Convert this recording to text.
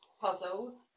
puzzles